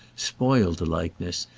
spoiled the likeness,